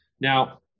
Now